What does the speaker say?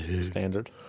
standard